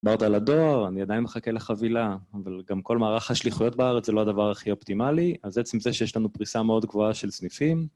אמרת על הדואר, אני עדיין מחכה לחבילה, אבל גם כל מערך השליחויות בארץ זה לא הדבר הכי אופטימלי, אז עצם זה שיש לנו פריסה מאוד גבוהה של סניפים.